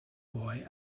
boy